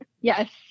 Yes